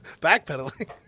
Backpedaling